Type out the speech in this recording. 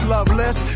Loveless